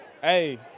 Hey